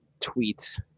tweets